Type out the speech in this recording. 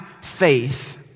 faith